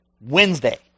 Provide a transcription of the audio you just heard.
Wednesday